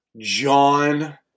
John